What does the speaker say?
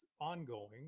ongoing